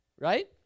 right